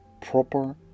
proper